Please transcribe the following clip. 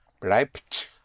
Bleibt